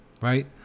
right